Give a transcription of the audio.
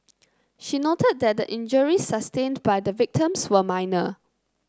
she noted that the injuries sustained by the victims were minor